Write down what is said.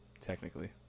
technically